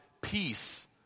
peace